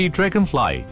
Dragonfly